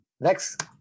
next